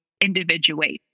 individuate